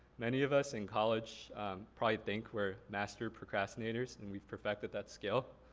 many of us in college probably think we're master procrastinators and we've perfected that skill.